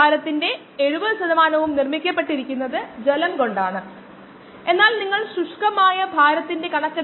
ഇത് മാസ്സ് സംരക്ഷണ തത്വത്തിൽ നിന്നാണ് വരുന്നത് ഈ തത്വമാണ് ഇത് ചിഹ്നത്തിന് തുല്യമായി എഴുതാൻ നമ്മളെ അനുവദിക്കുന്നത്